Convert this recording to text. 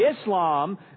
islam